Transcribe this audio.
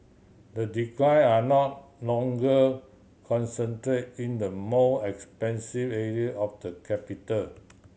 the decline are no longer concentrate in the more expensive area of the capital